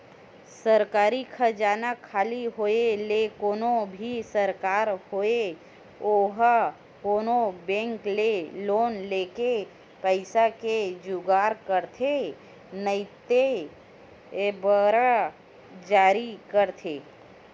सरकारी खजाना खाली होय ले कोनो भी सरकार होय ओहा कोनो बेंक ले लोन लेके पइसा के जुगाड़ करथे नइते बांड जारी करथे